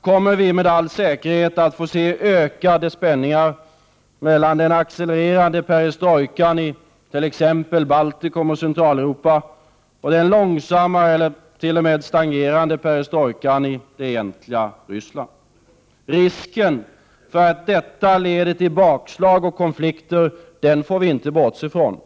kommer vi med all säkerhet att få se ökade spänningar mellan den accelererande perestrojkan i t.ex. Baltikum och Centraleuropa och den långsammare eller t.o.m. stagnerande perestrojkan i det egentliga Ryssland. Risken för att detta leder till bakslag och konflikter får vi inte bortse ifrån.